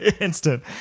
Instant